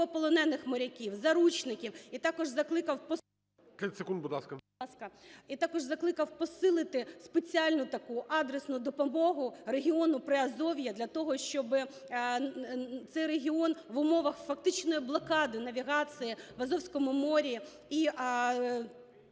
І.В. Будь ласка. І також закликав посилити спеціальну таку, адресну допомогу регіону Приазов'я для того, щоб цей регіон в умовах фактичної блокади навігації в Азовському морі і